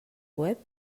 web